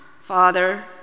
Father